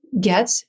get